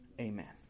Amen